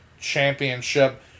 Championship